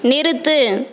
நிறுத்து